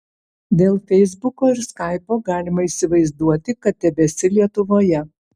dėl feisbuko ir skaipo galima įsivaizduoti kad tebesi lietuvoje